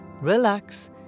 relax